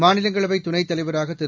மாநிலங்களவை துணைத் தலைவராக திரு